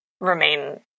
remain